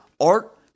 art